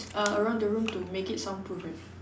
a~ around the room to make it soundproof right